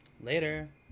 Later